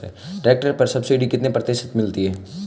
Tractor पर subsidy कितने प्रतिशत मिलती है?